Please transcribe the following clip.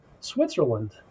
Switzerland